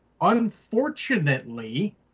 Unfortunately